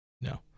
No